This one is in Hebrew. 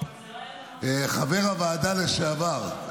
חבר הוועדה לשעבר,